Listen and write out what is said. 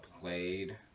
played